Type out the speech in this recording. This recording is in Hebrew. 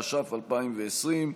התש"ף 2020,